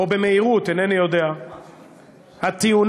או במהירות, אינני יודע, הטיעונים,